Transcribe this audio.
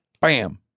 bam